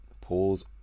Pause